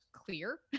Clear